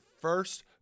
first